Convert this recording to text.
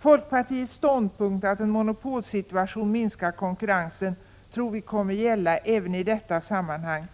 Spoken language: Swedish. Folkpartiets ståndpunkt, att en monopolsituation minskar konkurrensen, tror vi kommer att gälla också i detta sammanhang,